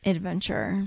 Adventure